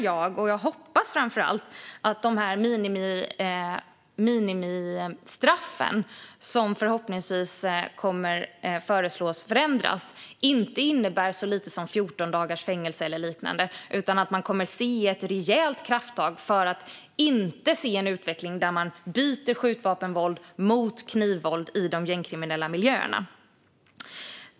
Jag hoppas att minimistraffen, som man förhoppningsvis kommer att föreslå förändringar av, inte blir så lite som 14 dagars fängelse eller liknande utan att vi kommer att få se ett rejält krafttag för att inte få en utveckling där skjutvapenvåld byts mot knivvåld i de kriminella miljöerna.